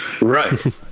Right